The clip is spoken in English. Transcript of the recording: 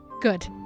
Good